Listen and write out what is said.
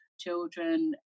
children